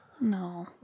no